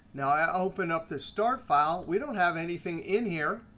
now i open up this start file. we don't have anything in here.